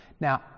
Now